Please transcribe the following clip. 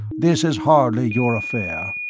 this is hardly your affair.